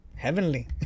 Heavenly